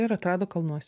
ir atrado kalnuose